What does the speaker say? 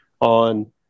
on